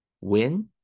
win